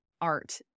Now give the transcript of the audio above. art